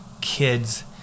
kids